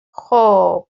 خوب